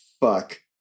Fuck